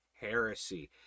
heresy